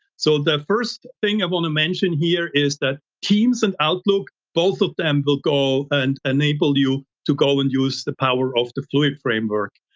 so the first thing i want to mention here is that teams and outlook, both of them will go and enable you to go and use the power of the fluid framework.